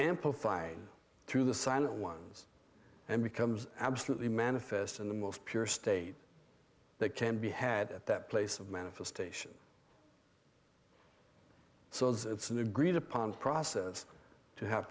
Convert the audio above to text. amplified through the silent ones and becomes absolutely manifest in the most pure state that can be had at that place of manifestation so that it's an agreed upon process to have